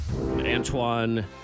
Antoine